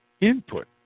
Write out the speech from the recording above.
input